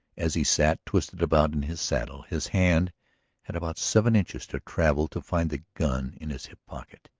as he sat, twisted about in his saddle, his hand had about seven inches to travel to find the gun in his hip pocket.